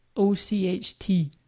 o c h t.